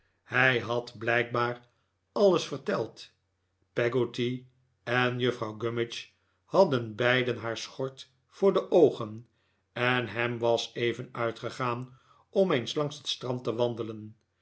hij had blijkbaar alles verteld peggotty en juffrouw gummidge hadden beiden haar schort voor de oogen en ham was even uitgegaan om eens langs bet strand te wandelen